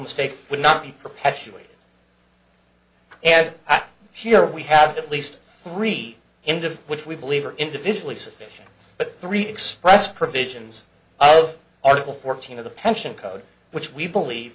mistake would not be perpetuated and here we have at least three into which we believe are individually sufficient but three express provisions of article fourteen of the pension code which we believe